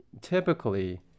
Typically